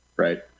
Right